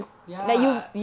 ya